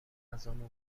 غذامو